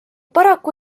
paraku